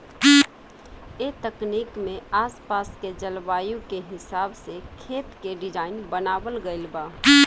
ए तकनीक में आस पास के जलवायु के हिसाब से खेत के डिज़ाइन बनावल गइल बा